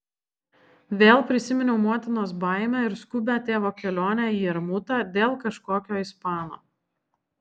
vėl prisiminiau motinos baimę ir skubią tėvo kelionę į jarmutą dėl kažkokio ispano